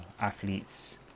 athletes